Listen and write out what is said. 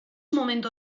momento